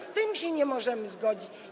Z tym się nie możemy zgodzić.